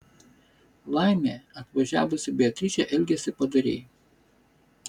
laimė atvažiavusi beatričė elgėsi padoriai